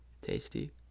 tasty